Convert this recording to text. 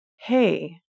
hey